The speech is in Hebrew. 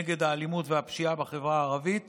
נגד האלימות והפשיעה בחברה הערבית